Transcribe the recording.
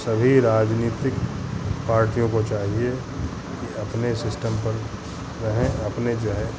सही राजनीतिक पार्टियों को चाहिए कि अपने सिस्टम पर वहाँ अपने जो है